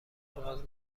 باز